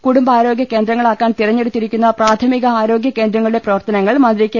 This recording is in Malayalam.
കുടുംബാരോഗ്യ കേന്ദ്രങ്ങളാക്കാൻ തിരഞ്ഞെടുത്തിരിക്കുന്ന പ്രാഥമിക ആരോഗ്യകേന്ദ്രങ്ങളുടെ പ്രവർത്തനങ്ങൾ മന്ത്രി കെ